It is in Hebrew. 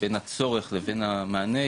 בין הצורך לבין המענה,